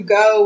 go